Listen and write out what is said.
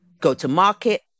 go-to-market